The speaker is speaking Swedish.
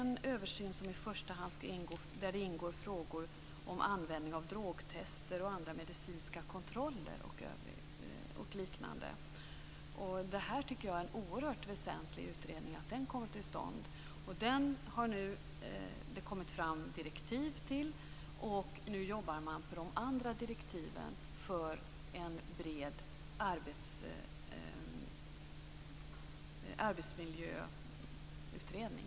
I översynen ska ingå frågor om användning av drogtester, medicinska kontroller o.d. Jag tycker att det är oerhört väsentligt att den utredningen kommer till stånd. Direktiven till den har alltså kommit, och man jobbar nu på direktiven för en bred arbetsmiljöutredning.